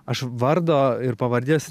aš vardo ir pavardės